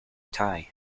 tie